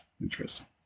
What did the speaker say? Interesting